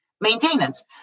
maintenance